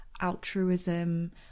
altruism